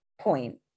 point